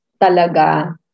talaga